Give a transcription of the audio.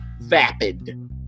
Vapid